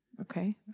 Okay